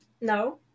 No